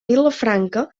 vilafranca